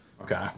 okay